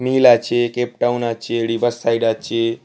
mail আছে Cape Town আছে রিবার সাইড আছে